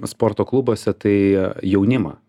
sporto klubuose tai jaunimą